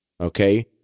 Okay